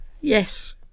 Yes